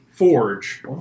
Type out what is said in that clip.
forge